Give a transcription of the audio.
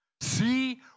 See